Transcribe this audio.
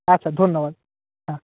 আচ্ছা ধন্যবাদ হ্যাঁ